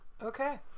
okay